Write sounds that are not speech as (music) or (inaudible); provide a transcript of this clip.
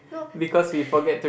no (laughs)